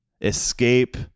escape